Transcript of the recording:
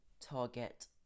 target